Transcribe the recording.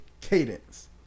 cadence